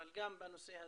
אבל גם בנושא הזה,